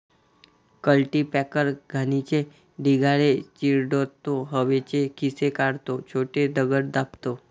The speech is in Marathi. कल्टीपॅकर घाणीचे ढिगारे चिरडतो, हवेचे खिसे काढतो, छोटे दगड दाबतो